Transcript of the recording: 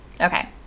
Okay